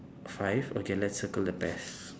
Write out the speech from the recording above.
five okay let's circle the pears